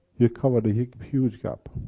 you cover a huge huge gap.